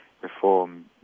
reform